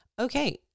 Okay